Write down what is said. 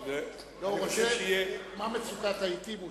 הוא שואל מה מצוקת העתים?